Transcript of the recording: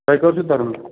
تۄہہِ کَر چھُو تَرُن